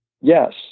Yes